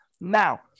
Now